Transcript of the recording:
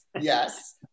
yes